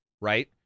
Right